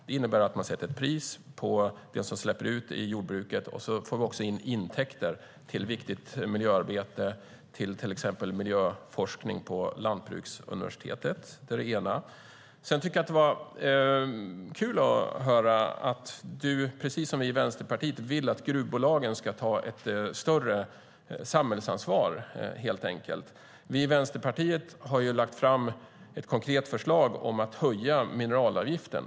Det innebär att man sätter ett pris på det som släpps ut i jordbruket och att vi får in intäkter till viktigt miljöarbete, till exempel miljöforskning på Lantbruksuniversitetet. Det är det ena. Jag tycker också att det var kul att höra att du, precis som vi i Vänsterpartiet, vill att gruvbolagen ska ta ett större samhällsansvar, helt enkelt. Vi i Vänsterpartiet har lagt fram ett konkret förslag om att höja mineralavgiften.